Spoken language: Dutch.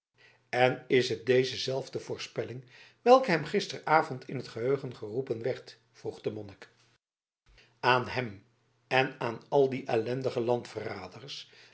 en is het deze zelfde voorspelling welke hem gisteravond in t geheugen geroepen werd vroeg de monnik aan hem en aan al die ellendige landverraders